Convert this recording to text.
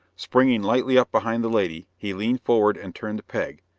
springing lightly up behind the lady, he leaned forward and turned the peg,